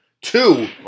Two